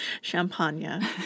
Champagne